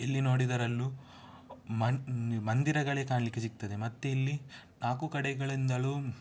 ಎಲ್ಲಿ ನೋಡಿದರಲ್ಲೂ ಮನ್ ಮಂದಿರಗಳೇ ಕಾಣಲಿಕ್ಕೆ ಸಿಗ್ತದೆ ಮತ್ತು ಇಲ್ಲಿ ನಾಲ್ಕು ಕಡೆಗಳಿಂದಲೂ